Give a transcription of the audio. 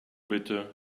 bitte